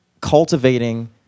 cultivating